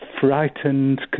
frightened